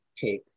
take